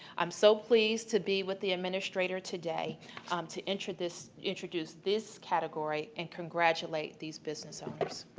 i'm so pleased to be with the administrator today to introduce this introduce this category and congratulate these business owners.